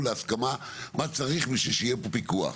להסכמה מה צריך בשביל שיהיה פה פיקוח.